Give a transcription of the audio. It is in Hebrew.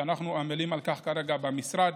שאנחנו עמלים על כך כרגע במשרד,